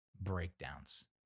breakdowns